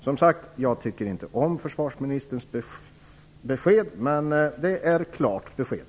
Jag tycker som sagt inte om försvarsministerns besked, men det är ett klart besked.